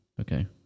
Okay